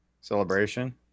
Celebration